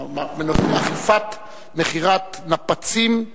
בנושא: אכיפה של האיסור על מכירת נפצים,